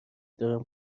دارم